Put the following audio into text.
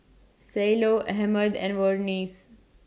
Cielo Ahmed and Vernice